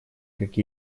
как